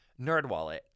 NerdWallet